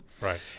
Right